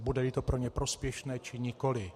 Budeli to pro ně prospěšné, či nikoli.